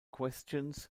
questions